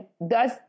thus